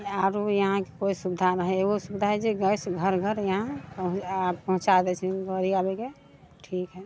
आओरो इहाँके कोइ सुविधा नहि हय एगो सुविधा हय जे गैस घर घर इहाँ पहु आओर पहुँचा दै छनि घरे आबिके ठीक हय